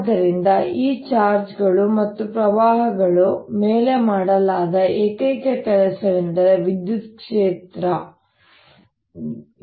ಆದ್ದರಿಂದ ಈ ಚಾರ್ಜ್ಗಳು ಮತ್ತು ಪ್ರವಾಹಗಳ ಮೇಲೆ ಮಾಡಲಾದ ಏಕೈಕ ಕೆಲಸವೆಂದರೆ ವಿದ್ಯುತ್ ಕ್ಷೇತ್ರದಿಂದ